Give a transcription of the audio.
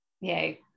Yay